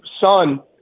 son